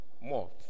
more